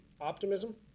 optimism